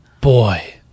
Boy